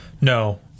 no